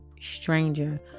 stranger